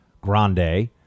Grande